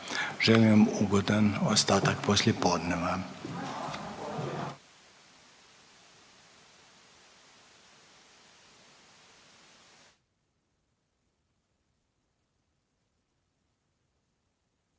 Želim vam ugodan ostatak poslijepodneva.